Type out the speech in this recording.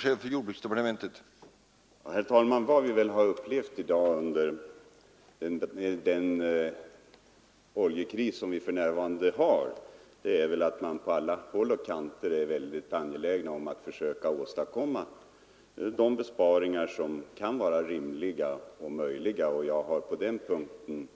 Herr talman! Vi har under den oljekris som för närvarande råder upplevt att man på alla håll är mycket angelägen om att försöka åstadkomma de besparingar som kan vara rimliga och möjliga, och jag har på den här punkten